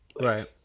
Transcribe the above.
Right